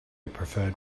preferred